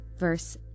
Verse